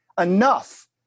enough